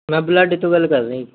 ਮੈਂ ਬਲੱਡੇ ਤੋਂ ਗੱਲ ਰਿਹਾ ਜੀ